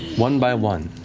one by one,